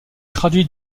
traduit